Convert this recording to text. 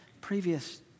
previous